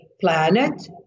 planet